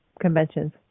conventions